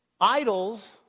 idols